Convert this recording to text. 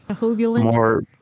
more